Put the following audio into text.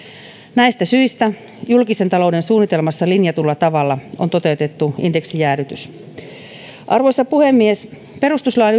näistä syistä julkisen talouden suunnitelmassa linjatulla tavalla on toteutettu indeksijäädytys arvoisa puhemies perustuslain